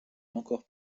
encore